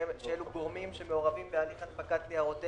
שאלה גורמים שמעורבים בהליך הנפקת ניירות ערך.